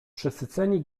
przesyceni